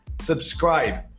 subscribe